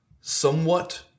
somewhat